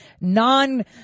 non